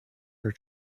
her